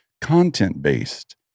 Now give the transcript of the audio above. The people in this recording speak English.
content-based